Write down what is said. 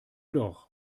doch